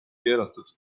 keelatud